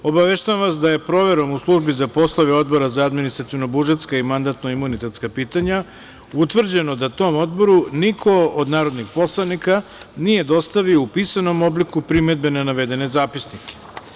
Obaveštavam vas da je proverom u Službi za poslove Odbora za administrativno-budžetska i mandatno-imunitetska pitanja utvrđeno da tom Odboru niko od narodnih poslanika nije dostavio u pisanom obliku primedbe na navedene zapisnike.